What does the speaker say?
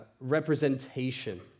representation